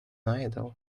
idol